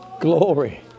Glory